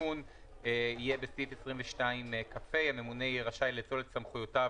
התיקון יהיה בסעיף 22כה: הממונה רשאי לאצול את סמכויותיו